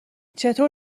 چطور